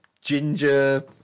ginger